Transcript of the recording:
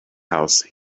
house